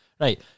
Right